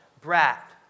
brat